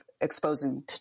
exposing